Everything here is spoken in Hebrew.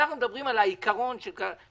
אנחנו מדברים על העיקרון של האשראי,